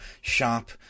shop